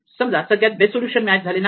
समजा सगळ्यात best solution match झाले नाही